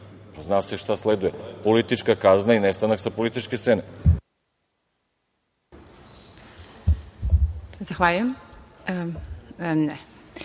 zna se šta sleduje, politička kazna je nestanak sa političke scene.